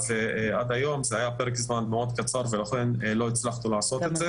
ועד היום זה היה פרק זמן מאוד קצר ולכן לא הצלחנו לעשות את זה.